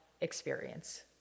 experience